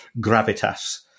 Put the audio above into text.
gravitas